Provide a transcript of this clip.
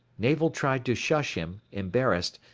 navel tried to shush him, embarrassed,